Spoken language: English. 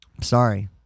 Sorry